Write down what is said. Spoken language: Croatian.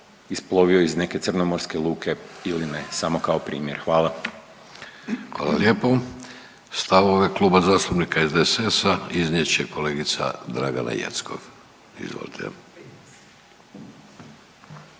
isplovio iz neke crnomorske luke ili ne, samo kao primjer, hvala. **Vidović, Davorko (Nezavisni)** Hvala lijepo. Stavove Kluba zastupnika SDSS-a iznijet će kolegica Dragana Jeckov, izvolite.